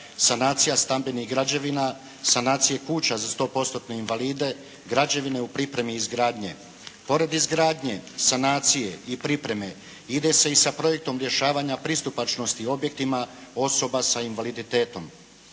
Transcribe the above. sanacija stamben ih građevina, sanacije kuća za sto postotne invalide, građevine u pripremi izgradnje. Pored izgradnje, sanacije i pripreme ide se i sa projektom rješavanja pristupačnosti objektima osoba sa invaliditetom.